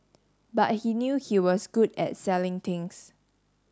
but he knew he was good at selling things